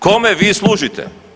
Kome vi služite?